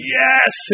yes